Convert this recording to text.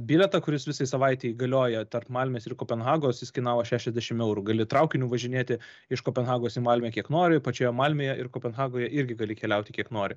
bilietą kuris visai savaitei galioja tarp malmės ir kopenhagos jis kainavo šešiasdešim eurų gali traukiniu važinėti iš kopenhagos į malmę kiek nori pačioje malmėje ir kopenhagoje irgi gali keliauti kiek nori